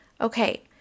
Okay